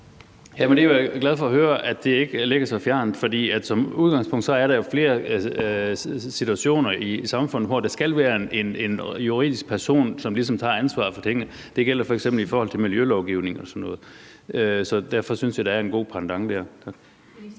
(KF): Jeg er jo glad for høre, at det ikke ligger så fjernt. For som udgangspunkt er der jo flere situationer i samfundet, hvor der skal være en juridisk person, som tager ansvaret for tingene. Det gælder f.eks. i forhold til miljølovgivningen og sådan noget. Så derfor synes jeg, at der er en god pendant der. Kl.